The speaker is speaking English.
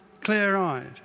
clear-eyed